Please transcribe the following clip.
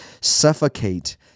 suffocate